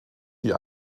die